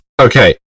Okay